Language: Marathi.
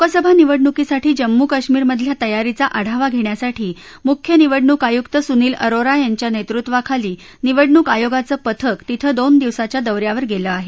लोकसभा निवडणुकीसाठी जम्मू कश्मीरमधल्या तयारीचा आढावा घेण्यासाठी मुख्य निवडणुक आयुक्त सुनील अरोरा यांच्या नेतृत्वाखाली निवडणूक आयोगाचं पथक तिथं दोन दिवसांच्या दौ यावर गेलं आहे